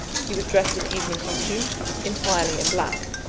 he was dressed in evening costume entirely in black.